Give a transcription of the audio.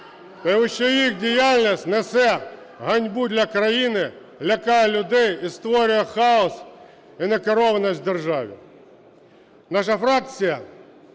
тому що їх діяльність несе ганьбу для країни, лякає людей і створює хаос і некерованість в державі. Наша фракція